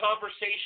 conversation